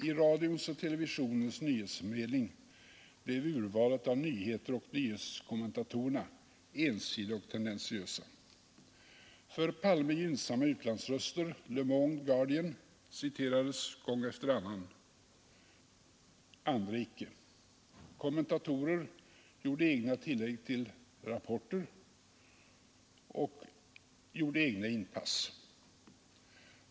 I radions och televisionens nyhetsförmedling blev urvalet av nyheter och nyhetskommentatorerna ensidiga och tendentiösa. För Palme gynnsamma utlandsröster — Le Monde, Guardian — citerades gång efter annan, andra icke. Kommentatorer gjorde egna tillägg till rapporter och gjorde egna inpass.